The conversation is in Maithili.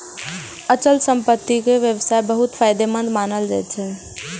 अचल संपत्तिक व्यवसाय बहुत फायदेमंद मानल जाइ छै